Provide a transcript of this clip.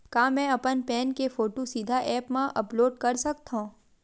का मैं अपन पैन के फोटू सीधा ऐप मा अपलोड कर सकथव?